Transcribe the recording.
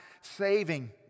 saving